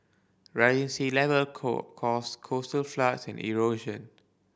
rising sea level call cause coastal floods and erosion